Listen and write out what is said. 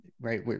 right